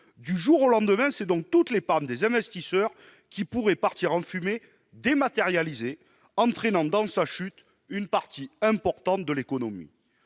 Du jour au lendemain, c'est donc toute l'épargne des investisseurs qui pourrait partir en fumée dématérialisée, entraînant dans sa chute une partie importante de l'économie.